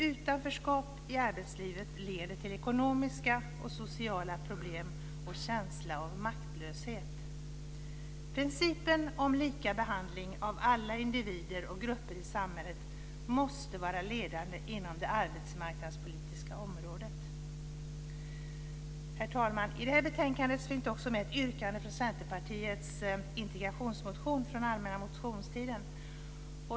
Utanförskap i arbetslivet leder till ekonomiska och sociala problem och känsla av maktlöshet. Principen om lika behandling av alla individer och grupper i samhället måste vara ledande inom det arbetsmarknadspolitiska området. Herr talman! I det här betänkandet finns också ett yrkande med från Centerpartiets integrationsmotion från allmänna motionstiden.